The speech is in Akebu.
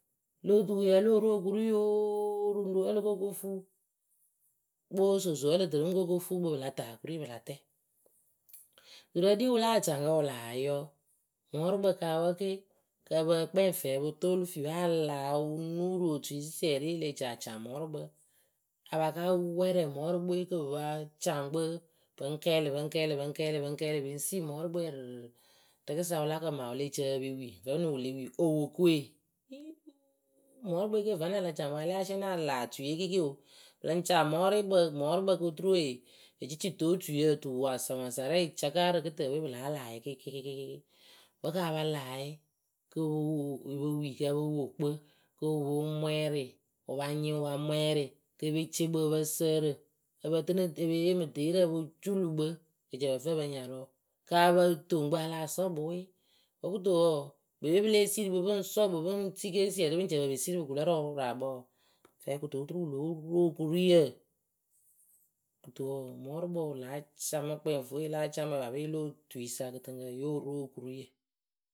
Lo tu yawɨlo ru okurui yoo ruŋɖu wǝ oloko oko fuu kpoo sooso wǝ ǝlǝtɨ mɨŋko oko fuu kpǝ pɨla ta okuri pɨla tɛ duturǝ ɖi wɨla caŋkǝ wɨ laa yɔ Mɔrɨkpǝ kawǝ ke kapǝ kpɛŋ fɛɛ opo toolu fiwe alawǝ onuru otui sɩsɩɛrɩ ele ca caŋ mɔrɨkpǝ ǝǝ apaka wɛrɛ mɔrɨkpɨwe kɨ pɨ pa caŋ kpǝ pɩŋ kɛɛlɩpɩŋ kɛɛlɩpɩŋ kɛɛlɩpɩŋ kɛɛlɩ pɨŋ si mɔrɨkpɨwe ǝrɨɨ rɨkɨsa wɨlakɨma wɨ lée cǝ pǝ wɨpe wi. vǝnɨŋ wɨle wi owokɨwe ireuuu!! mɔrɨkpɨwe ke vǝnɨŋ a la caŋ wɨ ala lɛ asɩɛnɩ ala otuiye kɩɩkɩ oo pɨlɨŋ caŋ mɔrɩkpǝ mɔrɨkpǝ koturu ecicitotuiyǝ otuwaŋsawaŋsa rɛ yɨ caka rɨ kɨtǝǝwe. pɨla laayǝ kɩɩkɩ. Wǝ kapa laayɩ ko po wo yi pe wi kopo wo kpɨ kɨ wɨŋ mwɛɛrɩ wʊpa nyɩŋ wɨ pa mwɛɛrɩ kepecekpǝ ǝpǝsǝrɨ ǝpǝtɨnɨ epe yeemɨ deerǝ opoculukpǝ ke cǝpɨ fɨ ǝpǝ nyarʊ. kapotoŋkpǝ a láa sɔkpɨ we. wǝ kɨto wɔɔ bepwe pɨle siiri kpǝ pɨŋ sɔkpǝ pɨŋ tike sɩsɩɛrɩ pɨŋ cǝ pǝ pɨ pe siiri pɨ kulǝ rɨ wɨraakpǝ wɔɔ fɛɛ kɨto oturu wɨ lóo ru okuruiyǝ kɨto wɔɔ mɔrɨkpǝ wɨla camɨkpɛ, vue láa ca mɨ paape wɨlo otuisa kɨtɨŋkǝ yoo ru okuruiyǝ kawǝ oo.